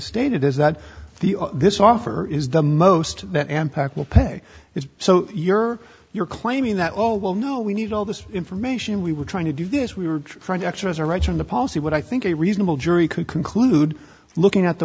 stated is that the this offer is the most that and pack will pay it so you're you're claiming that oh well no we need all this information we were trying to do this we were for the extras are right on the policy what i think a reasonable jury could conclude looking at the